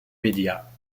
médias